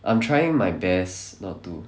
I'm trying my best not to